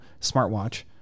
smartwatch